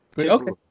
Okay